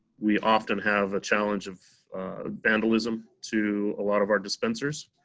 we often have a challenge of vandalism to a lot of our dispensers.